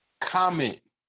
comment